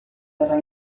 verrà